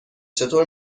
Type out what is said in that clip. چطور